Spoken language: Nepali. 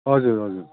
हजुर हजुर